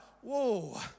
whoa